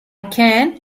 can